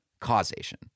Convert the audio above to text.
causation